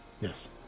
Yes